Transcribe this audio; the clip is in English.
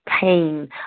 pain